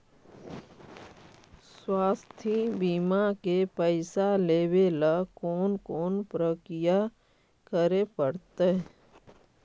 स्वास्थी बिमा के पैसा लेबे ल कोन कोन परकिया करे पड़तै?